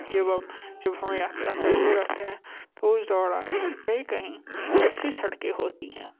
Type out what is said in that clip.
एवं जब हम यात्रा करते रहते हैं तो उस दौरान कहीं कहीं ऐसी सड़कें होती हैं